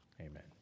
Amen